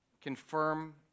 Confirm